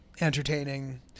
entertaining